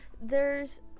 There's-